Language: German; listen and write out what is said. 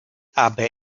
aber